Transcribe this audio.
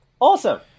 Awesome